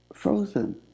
Frozen